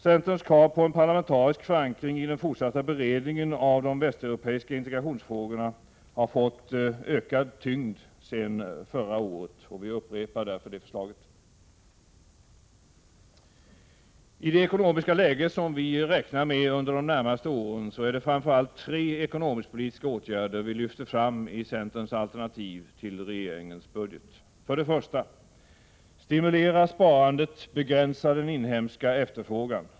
Centerns krav på en parlamentarisk förankring i den fortsatta beredningen av de västeuropeiska integrationsfrågorna har fått en ökad tyngd sedan förra året, och vi upprepar därför det förslaget. I det ekonomiska läge som vi räknar med under de närmaste åren är det framför allt tre ekonomisk-politiska åtgärder vi lyfter fram i centerns alternativ till regeringens budget. För det första: Stimulera sparandet— begränsa den inhemska efterfrågan!